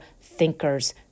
thinkers